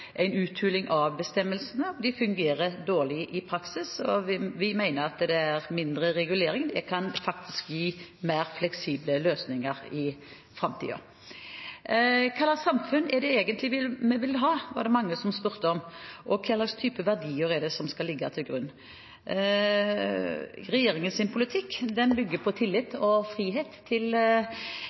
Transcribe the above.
en uthuling av bestemmelsene. De fungerer dårlig i praksis, og vi mener at mindre regulering faktisk kan gi mer fleksible løsninger i framtiden. Det var mange som spurte om hva slags samfunn vi egentlig vil ha, og hva slags type verdier som skal ligge til grunn. Regjeringens politikk bygger på tillit og frihet